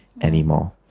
anymore